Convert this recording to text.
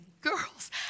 girls